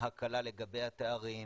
בהקלה לגבי התארים,